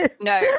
no